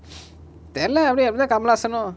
then loudly I'm nick I'm less you know